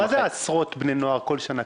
מה זה עשרות בני נוער בכל שנה?